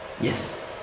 Yes